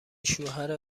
شوهر